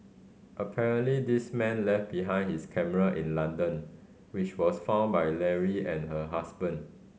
apparently this man left behind his camera in London which was found by Leary and her husband